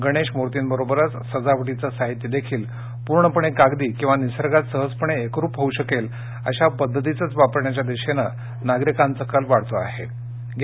गणेश मूर्तींबरोबरच सजावटीचं साहित्य देखील पूर्णपणे कागदी किंवा निसर्गात सहजपणे एकरूप होऊ शकेल अशा पद्धतीचंच वापरण्याच्या दिशेनं नागरिकांचा कल वाढत चालला आहे